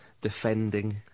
defending